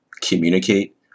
communicate